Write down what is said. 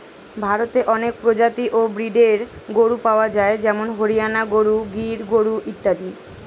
ভারতে অনেক প্রজাতি ও ব্রীডের গরু পাওয়া যায় যেমন হরিয়ানা গরু, গির গরু ইত্যাদি